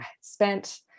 spent